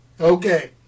Okay